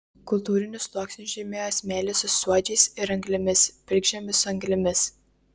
kultūrinius sluoksnius žymėjo smėlis su suodžiais ir anglimis pilkžemis su anglimis